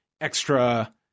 extra